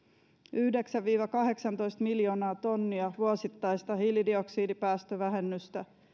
yhdeksän viiva kahdeksantoista miljoonaa tonnia vuosittaista hiilidioksidipäästövähennystä on